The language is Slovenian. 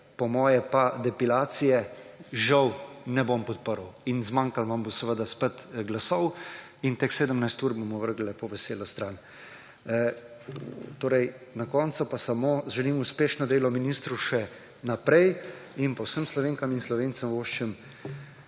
po moje pa depilacije žal ne bom podprl. Zmanjkalo vam bo seveda spet glasov in teh 17 ur bomo vrgli lepo veselo stran. Na koncu pa samo želim uspešno delo ministru še naprej. Vsem Slovenkam in Slovencem voščim